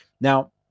Now